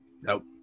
nope